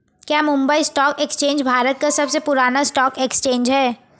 क्या Mumbai stock exchange Bharat का सबसे पुराना स्टॉक एक्सचेंज है?